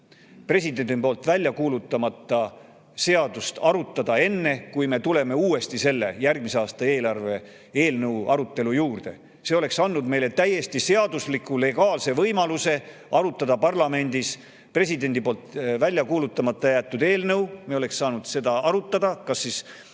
presidendi poolt välja kuulutamata jäetud seadust arutada enne, kui me tuleme uuesti järgmise aasta eelarve eelnõu arutelu juurde. See oleks andnud meile täiesti seadusliku, legaalse võimaluse arutada parlamendis presidendi poolt välja kuulutamata jäetud eelnõu. Me oleks saanud seda arutada ning